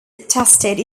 attested